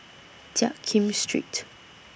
Jiak Kim Street